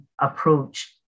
approach